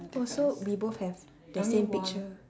oh so we both have the same picture